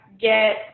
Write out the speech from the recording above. get